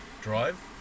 drive